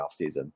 offseason